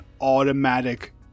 automatic